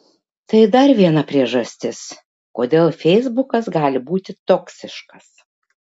tai dar viena priežastis kodėl feisbukas gali būti toksiškas